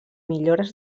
millores